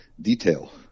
Detail